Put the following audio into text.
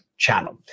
channel